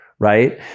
Right